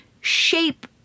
shape